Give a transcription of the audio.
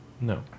No